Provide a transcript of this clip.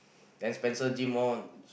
then Spencer gym on